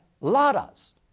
ladas